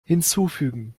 hinzufügen